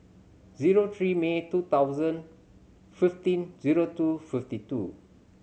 zero three May two thousand fifteen zero two fifty two